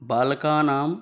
बालकानाम्